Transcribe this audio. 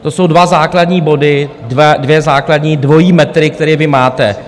To jsou dva základní body, dva základní dvojí metry, které vy máte.